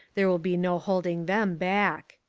there will be no holding them back.